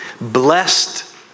Blessed